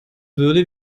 würde